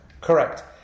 Correct